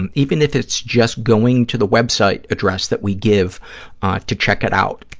and even if it's just going to the web site address that we give to check it out,